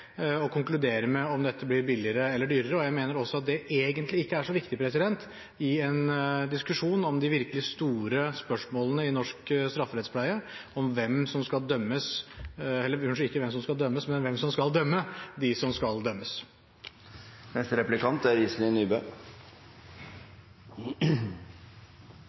å konkludere om dette blir billigere eller dyrere, og jeg mener også at det egentlig ikke er så viktig i en diskusjon om de virkelig store spørsmålene i norsk strafferettspleie, om hvem som skal dømme dem som skal dømmes.